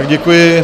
Děkuji.